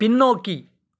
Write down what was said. பின்னோக்கி